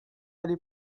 aller